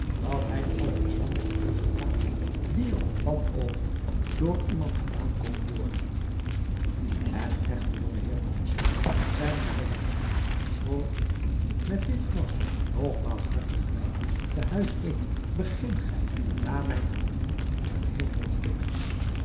dat hij de allerverstandigste keus gedaan had die er op dat oogenblik door iemand gedaan kon worden en echter jonge heer blommesteyn zeide de heer wynstok schoon ik u met dit glas nogmaals hartelijk welkom te huis heet begingt gij naar mijn gevoelen een heel dom stuk